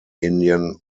indian